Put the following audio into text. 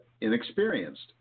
inexperienced